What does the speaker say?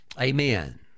Amen